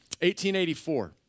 1884